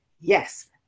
Yes